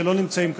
שלא נמצאים כאן.